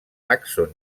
tàxon